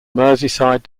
merseyside